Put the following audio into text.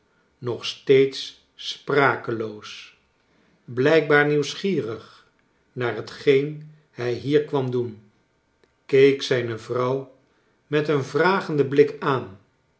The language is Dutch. nog steeds sprakeloos blijkbaar nieuwsgierig naar hetgeen hij hier kwam doen keek zijne vrouw met een vragenden blik aan